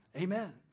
Amen